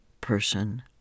person